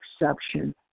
exception